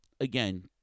again